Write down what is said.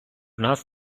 нас